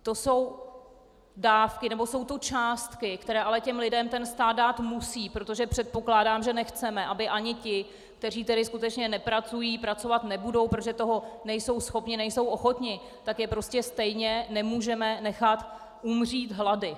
To jsou částky, které těm lidem ale stát dát musí, protože předpokládám, že nechceme, aby ani ti, kteří skutečně nepracují, pracovat nebudou, protože toho nejsou schopni, nejsou ochotni, tak je prostě stejně nemůžeme nechat umřít hlady.